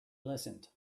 listened